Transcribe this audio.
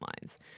lines